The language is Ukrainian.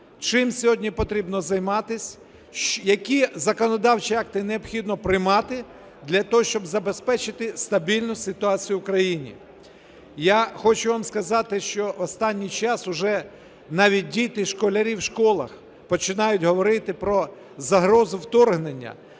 чим сьогодні потрібно займатися, які законодавчі акти необхідно приймати для того, щоб забезпечити стабільну ситуацію у країні. Я хочу вам сказати, що останній час уже навіть діти школярі в школах починають говорити про загрозу вторгнення.